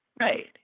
Right